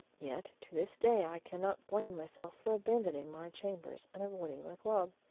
yet to this day i cannot blame myself for abandoning my chambers and avoiding my club.